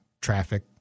traffic